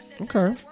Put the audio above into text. Okay